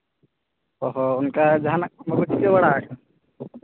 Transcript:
ᱦᱳ ᱦᱳ ᱚᱱᱠᱟ ᱡᱟᱦᱟᱱᱟᱜ ᱵᱟᱠᱚ ᱪᱤᱠᱟᱹ ᱵᱟᱲᱟᱜ ᱟᱥᱮ